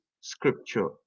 scripture